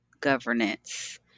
governance